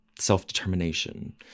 self-determination